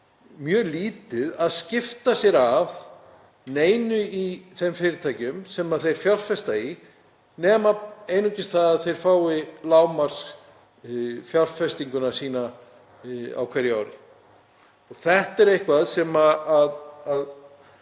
mjög lítið að skipta sér af neinu í þeim fyrirtækjum sem þeir fjárfesta í nema einungis því að þeir fái lágmarksfjárfestinguna sína á hverju ári. Þetta er eitthvað sem við